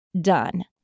done